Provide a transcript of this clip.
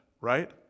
right